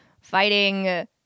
Fighting